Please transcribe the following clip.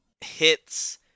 hits